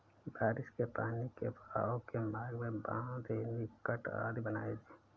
बारिश के पानी के बहाव के मार्ग में बाँध, एनीकट आदि बनाए